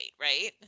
right